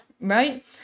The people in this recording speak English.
right